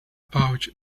pouch